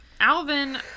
Alvin